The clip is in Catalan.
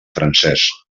francès